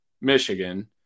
Michigan